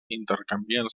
intercanvien